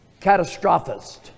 catastrophist